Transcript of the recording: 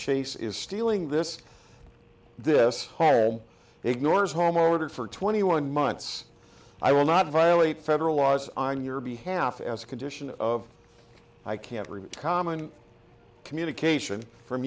chase is stealing this this whole ignores home orders for twenty one months i will not violate federal laws on your behalf as a condition of i can't reach common communication from